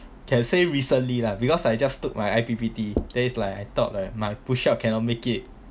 can say recently lah because I just took my I_P_P_T then is like I thought like my push up cannot make it